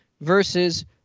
versus